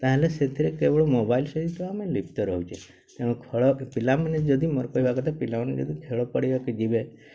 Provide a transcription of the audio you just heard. ତାହେଲେ ସେଥିରେ କେବଳ ମୋବାଇଲ୍ ସହିତ ଆମେ ଲିପ୍ତ ରହୁଛେ ତେଣୁ ଖେଳ ପିଲାମାନେ ଯଦି ମୋର କହିବା କଥା ପିଲାମାନେ ଯଦି ଖେଳ ପଡ଼ିଆକେ ଯିବେ